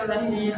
mm